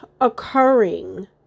occurring